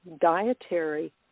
dietary